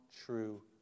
True